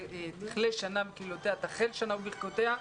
שתכלה שנה וקללותיה, תחל שנה וברכותיה.